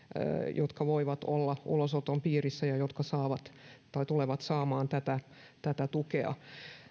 jotka voivat olla ulosoton piirissä ja jotka saavat tai tulevat saamaan tätä tätä tukea